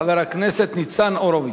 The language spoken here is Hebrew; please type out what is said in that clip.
חבר הכנסת ניצן הורוביץ.